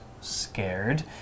scared